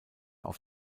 auf